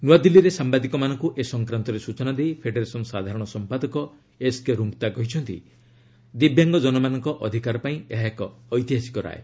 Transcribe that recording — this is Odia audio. ନୂଆଦିଲ୍ଲୀରେ ସାମ୍ବାଦିକମାନଙ୍କୁ ଏ ସଂକ୍ରାନ୍ତରେ ସ୍ୱଚନା ଦେଇ ଫେଡେରେସନ୍ ସାଧାରଣ ସମ୍ପାଦକ ଏସ୍କେ ର୍ଙ୍ଗତା କହିଛନ୍ତି ଦିବ୍ୟାଙ୍ଗ ଜନମାନଙ୍କ ଅଧିକାର ପାଇଁ ଏହା ଏକ ଐତିହାସିକ ରାୟ